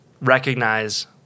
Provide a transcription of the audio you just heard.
recognize